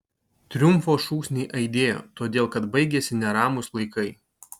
triumfo šūksniai aidėjo todėl kad baigėsi neramūs laikai